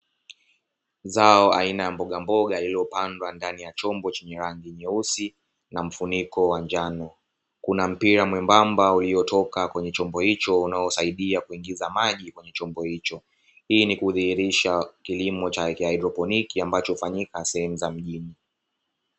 Zao aina mboga mboga lililopandwa ndani chombo chenye rangi nyeusi chenye na mfuniko wa njano, kuna mpira mwembamba uliotoka kwenye chombo hicho unaosaidia kuingiza maji kwenye chombo hicho. Hii hudhihirisha kilimo cha kihaidrokoniki ambacho hufanyika sehemu za mjini.